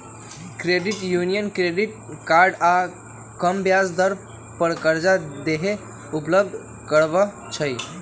credit union credit card आऽ कम ब्याज दाम पर करजा देहो उपलब्ध करबइ छइ